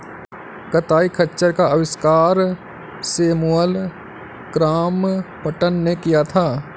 कताई खच्चर का आविष्कार सैमुअल क्रॉम्पटन ने किया था